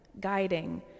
guiding